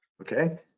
okay